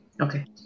Okay